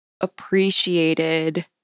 appreciated